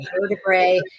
vertebrae